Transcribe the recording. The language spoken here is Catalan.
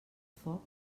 foc